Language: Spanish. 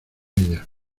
ella